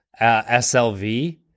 SLV